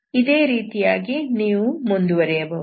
ಈ ರೀತಿಯಾಗಿ ನೀವು ಮುಂದುವರೆಯಬಹುದು